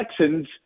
Texans